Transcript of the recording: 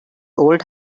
old